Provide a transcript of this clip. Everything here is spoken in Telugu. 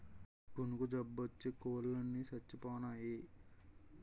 కునుకు జబ్బోచ్చి కోలన్ని సచ్చిపోనాయి